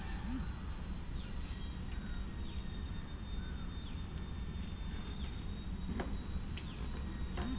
ಬೆಳೆವಿಮೆ ಗ್ರಾಮೀಣ ವಿಮೆಲಿ ಮುಖ್ಯವಾಗಯ್ತೆ ಬೆಳೆ ವಿಮೆಲಿ ಉತ್ಪನ್ನ ಬೆಲೆ ಮತ್ತು ಆದಾಯದ ಅಪಾಯನ ತಿಳ್ಸವ್ರೆ